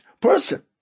person